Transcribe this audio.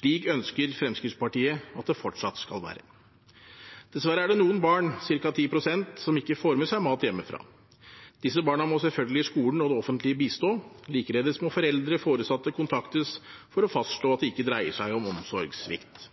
Slik ønsker Fremskrittspartiet at det fortsatt skal være. Dessverre er det noen barn, ca. 10 pst., som ikke får med seg mat hjemmefra. Disse barna må selvfølgelig skolen og det offentlige bistå, likeledes må foreldre/foresatte kontaktes for å fastslå at det ikke dreier seg om omsorgssvikt.